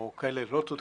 או לא צודקים,